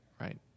right